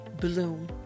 bloom